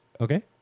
Okay